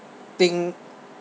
think